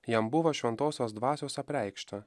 jam buvo šventosios dvasios apreikšta